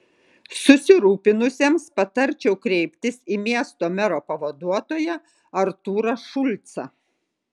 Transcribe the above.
susirūpinusiesiems patarčiau kreiptis į miesto mero pavaduotoją artūrą šulcą